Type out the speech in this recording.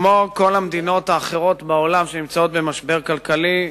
כמו כל המדינות האחרות בעולם שנמצאות במשבר כלכלי,